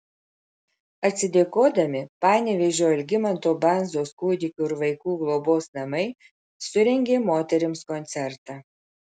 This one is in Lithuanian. atsidėkodami panevėžio algimanto bandzos kūdikių ir vaikų globos namai surengė moterims koncertą